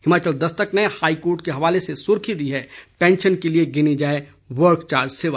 हिमाचल दस्तक ने हाईकोर्ट के हवाले से सुखी दी है पेंशन के लिये गिनी जाए वर्क चार्ज सेवा